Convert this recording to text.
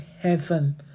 heaven